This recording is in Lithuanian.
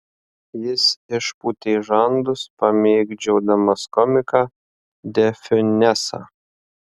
jis išpūtė žandus pamėgdžiodamas komiką de fiunesą